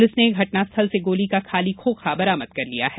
police ने घटना स्थल से गोली का खाली खोखा बरामद किया है